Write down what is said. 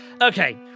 Okay